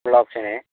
full ഓപ്ഷനേ